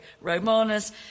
Romanus